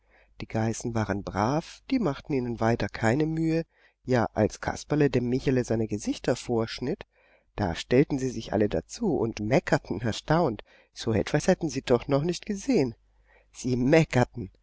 die geißen waren brav die machten ihnen weiter keine mühe ja als kasperle dem michele seine gesichter vorschnitt da stellten sie sich alle dazu und meckerten erstaunt so etwas hatten sie doch noch nicht gesehen sie meckerten